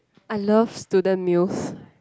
I love student meals